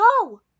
Go